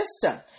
system